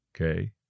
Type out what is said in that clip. Okay